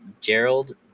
Gerald